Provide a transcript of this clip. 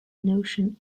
notion